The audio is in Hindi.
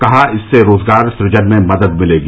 कहा इससे रोजगार सृजन में मदद मिलेगी